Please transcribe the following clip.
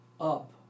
up